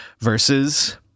versus